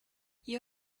you